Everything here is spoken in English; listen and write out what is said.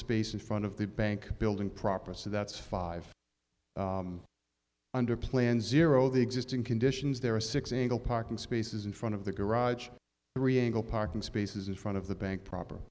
space in front of the bank building proper so that's five under plan zero the existing conditions there are six ingle parking spaces in front of the garage the reem go parking spaces in front of the bank proper